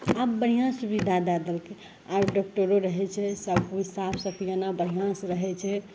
आब बढ़िआँ सुविधा दै देलकै आब डॉकटरो रहै छै सबकिछु साफ सफिआना बढ़िआँसे रहै छै